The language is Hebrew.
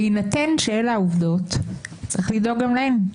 בהינתן שאלה העובדות, צריך לדאוג גם להן.